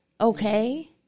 Okay